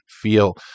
feel